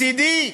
מצדי,